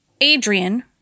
Adrian